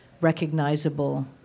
recognizable